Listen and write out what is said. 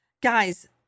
Guys